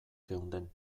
geunden